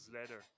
letter